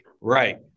Right